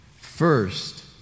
first